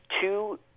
two